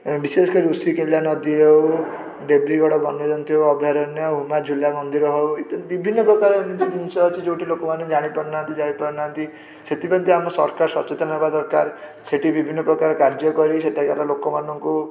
ଏଁ ବିଶେଷକରି ରୁଷିକୁଲ୍ୟା ନଦୀ ହେଉ ଦେବୀଗଡ଼ ବନ୍ୟଜନ୍ତୁ ଓ ଅଭୟାରଣ୍ୟ ଉମାଝୁଲା ମନ୍ଦିର ହେଉ ଇତ୍ୟାଦି ବିଭିନ୍ନପ୍ରକାର ଏମିତି ଜିନିଷ ଅଛି ଯେଉଁଠି ଲୋକମାନେ ଜାଣିପାରୁ ନାହାନ୍ତି ଯାଇପାରୁ ନାହାନ୍ତି ସେଥିପ୍ରତି ଆମ ସରକାର ସଚେତନ ହେବା ଦରକାର ସେଇଠି ବିଭିନ୍ନପ୍ରକାର କାର୍ଯ୍ୟକରି ସେଠାକାର ଲୋକମାନଙ୍କୁ